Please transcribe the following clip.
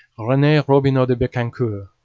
rene robineau de becancour.